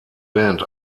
band